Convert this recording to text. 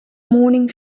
morning